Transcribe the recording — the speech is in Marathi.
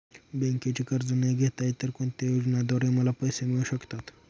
बँकेचे कर्ज न घेता इतर कोणत्या योजनांद्वारे मला पैसे मिळू शकतात?